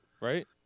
right